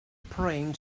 praying